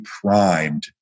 primed